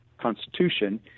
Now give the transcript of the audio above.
Constitution